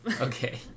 Okay